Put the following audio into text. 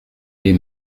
les